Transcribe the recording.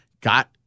got